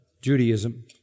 Judaism